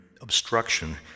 obstruction